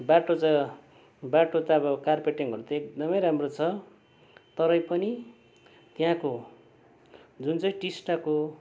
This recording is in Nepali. बाटो च बाटो त अब कार्पेटिङहरू त एकदमै राम्रो छ तरै पनि त्यहाँको जुन चाहिँ टिस्टाको